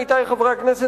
עמיתי חברי הכנסת,